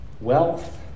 wealth